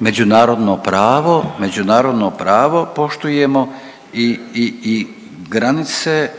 međunarodno pravo, međunarodno pravo poštujemo i, i, i granice